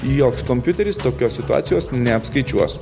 joks kompiuteris tokios situacijos neapskaičiuos